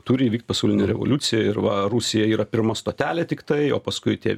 turi įvykt pasaulinė revoliucija ir va rusija yra pirma stotelė tiktai o paskui tie